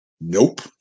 Nope